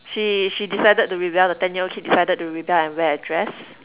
she she decided to rebel the ten year old kid decided to rebel and wear a dress